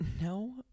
no